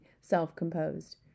self-composed